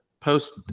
post